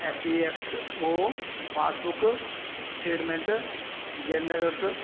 A P X O passbook statement generate